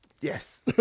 yes